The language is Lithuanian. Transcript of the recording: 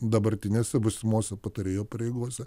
dabartinėse būsimose patarėjo pareigose